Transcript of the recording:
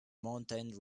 mountain